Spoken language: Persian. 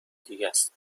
دیگهس